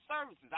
services